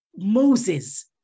Moses